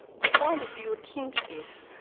we find a view akin to this,